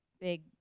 big